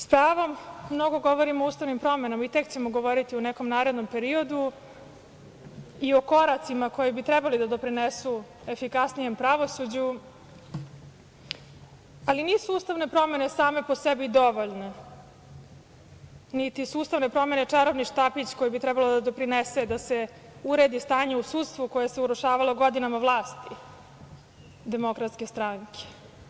Spravom, mnogo govorim o ustavnim promenama i tek ćemo govoriti u nekom narednom periodu i o koracima koji bi trebali da doprinesu efikasnijem pravosuđu, ali nisu ustavne promene same po sebi i dovoljne, niti su ustavne promene čarobni štapić koje bi trebale da doprinese uredi stanje u sudstvu koje se urušavalo godinama vlasti Demokratske stranke.